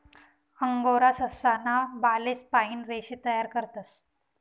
angora ससा ना बालेस पाइन रेशे तयार करतस